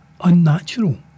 unnatural